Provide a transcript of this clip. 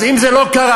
אז אם זה לא קרה,